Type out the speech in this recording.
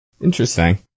Interesting